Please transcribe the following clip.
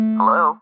Hello